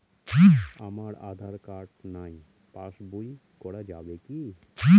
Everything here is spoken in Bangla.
আমার আঁধার কার্ড নাই পাস বই করা যাবে কি?